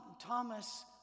Thomas